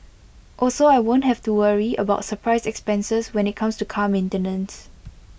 also I won't have to worry about surprise expenses when IT comes to car maintenance